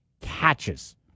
catches